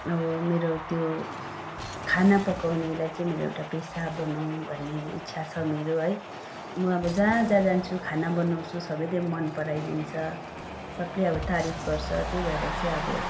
अब मेरो त्यो खाना पकाउनेलाई चाहिँ मेरो एउटा पेसा बनाउँ भन्ने इच्छा छ मेरो है म अब जहाँ जहाँ जान्छु खाना बनाउँछु सबैले मन पराइदिन्छ सबले अब तारीफ गर्छ त्यही भएर चाहिँ अब